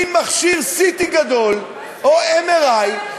מין מכשיר CT גדול או MRI,